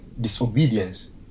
disobedience